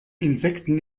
insekten